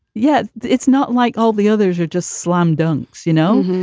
yeah. it's not like all the others are just slam dunks, you know?